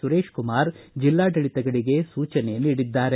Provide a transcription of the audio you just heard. ಸುರೇಶ್ ಕುಮಾರ್ ಜಿಲ್ಲಾಡಳಿತಗಳಿಗೆ ಸೂಚನೆ ನೀಡಿದ್ದಾರೆ